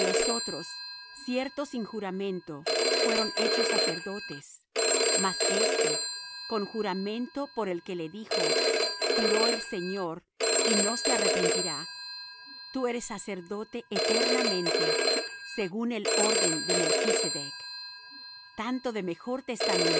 otros cierto sin juramento fueron hechos sacerdotes mas éste con juramento por el que le dijo juró el señor y no se arrepentirá tú eres sacerdote eternamente según el orden de melchsedec tanto de mejor